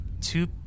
two